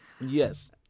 Yes